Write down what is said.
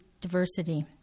diversity